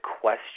question